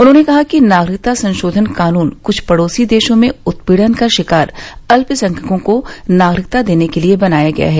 उन्हॉने कहा कि नागरिकता संशोधन कानून कूछ पड़ोसी देरों में उत्पीड़न का शिकार अल्पसंख्यकों को नागरिकता देने के लिये बनाया गया है